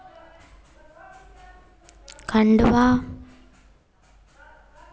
Khandwa